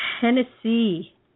Tennessee